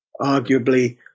Arguably